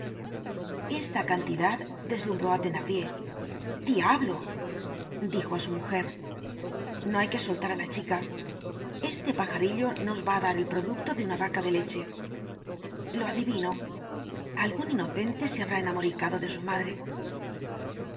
esta cantidad deslumbró á thenardier diablo dijo á su mujer no hay que soltar la chica este pajarillo nos va á dar el producto de una vaca de leche lo adivino algun inocente se habrá enamoricado de su madre